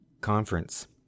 conference